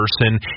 person